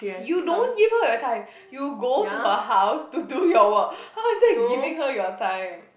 you don't give her your time you go to her house to do your work how it's said giving her your time